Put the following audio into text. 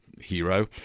hero